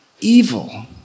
evil